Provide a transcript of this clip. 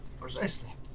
Precisely